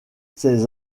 cet